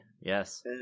yes